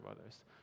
others